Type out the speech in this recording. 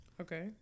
Okay